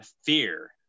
fear